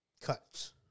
cuts